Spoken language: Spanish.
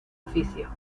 oficio